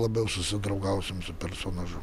labiau susidraugausim su personažu